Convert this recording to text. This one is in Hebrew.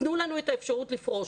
תנו לנו את האפשרות לפרוש.